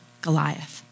Goliath